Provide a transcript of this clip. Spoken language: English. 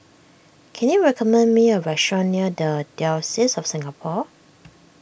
can you recommend me a restaurant near the Diocese of Singapore